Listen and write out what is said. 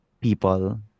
people